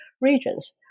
regions